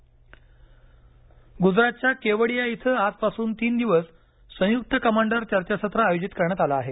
संयक्त कमांड गुजरातच्या केवडिया इथं आजपासून तीन दिवस संयुक्त कमांडर चर्चासत्र आयोजित करण्यात आलं आहे